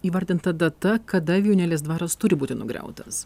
įvardinta data kada vijūnėlės dvaras turi būti nugriautas